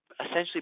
essentially